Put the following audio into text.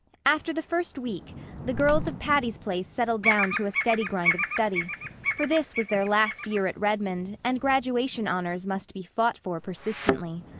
after the first week the girls of patty's place settled down to a steady grind of study for this was their last year at redmond and graduation honors must be fought for persistently.